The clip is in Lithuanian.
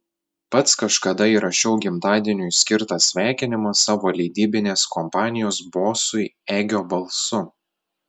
pats kažkada įrašiau gimtadieniui skirtą sveikinimą savo leidybinės kompanijos bosui egio balsu